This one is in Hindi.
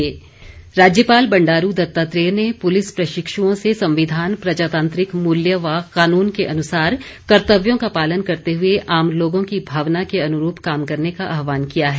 राज्यपाल राज्यपाल बंडारू दत्तात्रेय ने पुलिस प्रशिक्षुओं से संविधान प्रजातांत्रिक मूल्य व कानून के अनुसार कर्तव्यों का पालन करते हुए आम लोगों की भावना के अनुरूप काम करने का आह्वान किया है